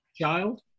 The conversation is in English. child